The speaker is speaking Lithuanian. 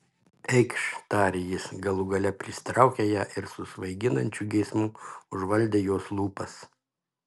eikš tarė jis galų gale prisitraukė ją ir su svaiginančiu geismu užvaldė jos lūpas